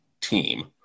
team